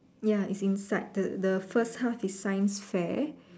ya it's inside the the first house is science fair